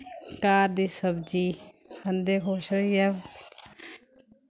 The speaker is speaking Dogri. घर दी सब्जी खंदे खुश होइयै